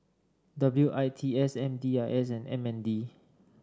W I T S M D I S and M N D